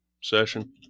session